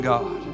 God